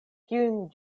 kiujn